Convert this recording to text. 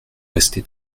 resté